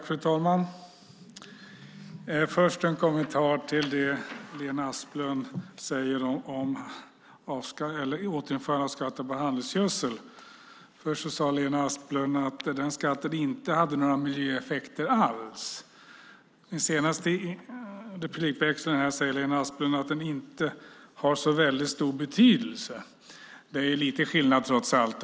Fru talman! Först har jag en kommentar till det Lena Asplund säger om återinförande av skatten på handelsgödsel. Först sade hon att den skatten inte hade några miljöeffekter alls. I den senaste replikväxlingen sade hon i stället att den inte hade så stor betydelse. Det är trots allt lite skillnad.